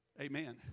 Amen